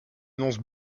annonce